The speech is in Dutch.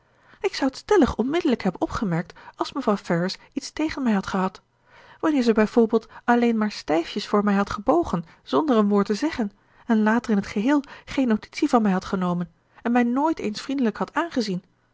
ik zou t stellig onmiddellijk hebben opgemerkt als mevrouw ferrars iets tegen mij had gehad wanneer ze bij voorbeeld alleen maar stijfjes voor mij had gebogen zonder een woord te zeggen en later in t geheel geen notitie van mij had genomen en mij nooit eens vriendelijk had aangezien